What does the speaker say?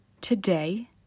today